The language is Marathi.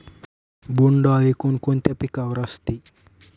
बोंडअळी कोणकोणत्या पिकावर असते?